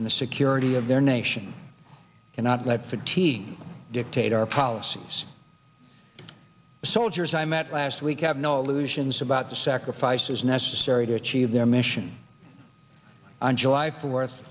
and the security of their nation cannot let fatigue dictate our policies soldiers i met last week have no illusions about the sacrifices necessary to achieve their mission on july fourth